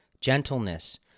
gentleness